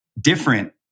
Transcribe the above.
different